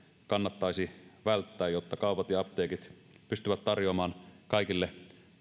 kannattaisi välttää jotta kaupat ja apteekit pystyvät tarjoamaan kaikille